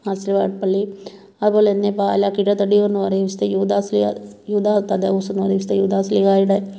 മാർസ്ലീബാ പള്ളി അതുപോലെ തന്നെ പാലാ കിഴതടിയൂർന്ന് പറയും വിശുദ്ധ യൂദാശ്ളീഹാ യൂദാ വിശുദ്ധ യൂദാശ്ളീഹായുടെ